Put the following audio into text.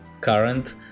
current